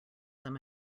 them